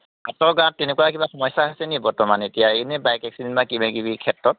আপোনালোকৰ গাঁৱত তেনেকুৱা কিবা সমস্যা হৈছে নেকি বৰ্তমান এতিয়া এনেই বাইক এক্সিডেন্ট বা কিবাকিবি ক্ষেত্ৰত